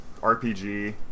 RPG